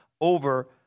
over